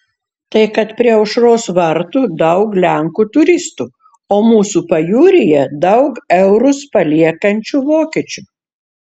tai kad prie aušros vartų daug lenkų turistų o mūsų pajūryje daug eurus paliekančių vokiečių